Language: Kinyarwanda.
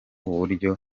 buryo